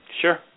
Sure